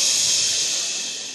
ששש.